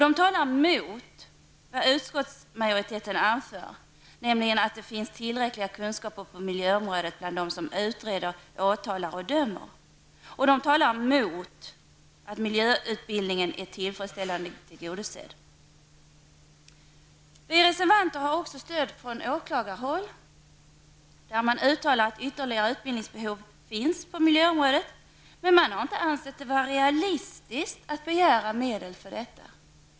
De talar mot vad utskottsmajoriteten anfört, nämligen att det finns tillräckliga kunskaper på miljöområdet bland dem som utreder, åtalar och dömer och mot att miljöutbildningen är tillfredsställande tillgodosedd. Vi reservanter får stöd från åklagarhåll, där man uttalat att ytterligare utbildningsbehov finns på miljöområdet. Men det har inte ansetts realistiskt att begära mer medel för detta.